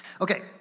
Okay